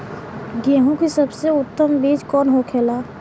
गेहूँ की सबसे उत्तम बीज कौन होखेला?